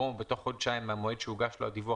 "או בתוך חודשיים מהמועד שהוגש לו הדיווח,